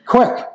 Quick